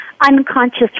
unconscious